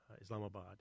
Islamabad